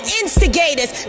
instigators